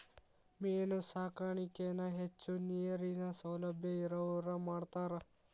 main ಸಾಕಾಣಿಕೆನ ಹೆಚ್ಚು ನೇರಿನ ಸೌಲಬ್ಯಾ ಇರವ್ರ ಮಾಡ್ತಾರ